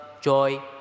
joy